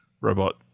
robot